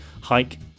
hike